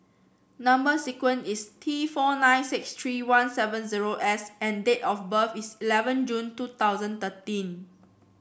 number sequence is T four nine six three one seven zero S and date of birth is eleven June two thousand thirteen